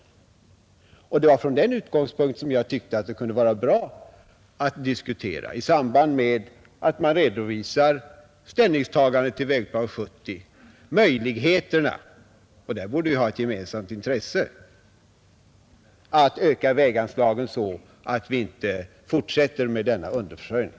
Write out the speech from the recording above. Det var från den utgångspunkten jag tyckte det kunde vara bra att i samband med att man redovisar ställningstagandet till Vägplan 1970 diskutera möjligheterna. Där borde vi ha ett gemensamt intresse att öka väganslagen så att vi inte fortsätter med denna underförsörjning.